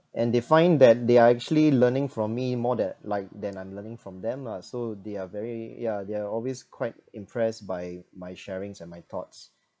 and they find that they are actually learning from me more than like than I'm learning from them lah so they are very yeah they're always quite impressed by my sharings and my thoughts